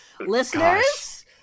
Listeners